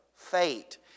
Fate